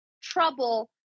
trouble